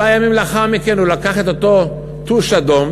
ימים מספר לאחר מכן הוא לקח את אותו טוש אדום